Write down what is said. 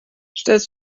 stellst